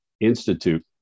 Institute